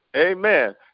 Amen